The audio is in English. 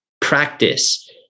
practice